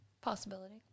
Possibility